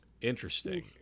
Interesting